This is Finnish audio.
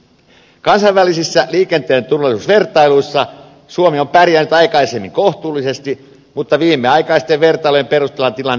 kansainvälisissä liikenteen turvallisuusvertailuissa suomi on pärjännyt aikaisemmin kohtuullisesti mutta viimeaikaisten vertailujen perusteella tilanne on muuttunut